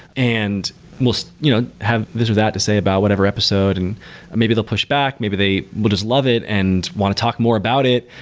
and most you know have this or that to say about whatever episode and maybe they'll pushback, maybe they will just love it and want to talk more about it.